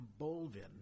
Bolvin